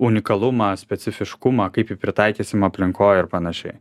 unikalumą specifiškumą kaip jį pritaikysim aplinkoj ir panašiai